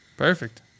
Perfect